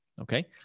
Okay